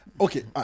okay